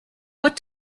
what